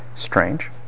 Strange